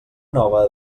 nova